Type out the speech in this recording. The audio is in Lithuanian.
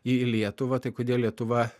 į lietuvą tai kodėl lietuva